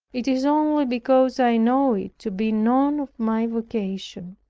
it is only because i know it to be none of my vocation.